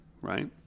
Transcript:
right